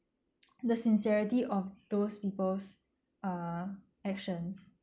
the sincerity of those people's uh actions